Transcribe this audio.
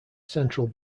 central